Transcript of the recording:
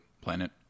planet